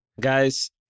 Guys